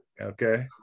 Okay